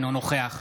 אינו נוכח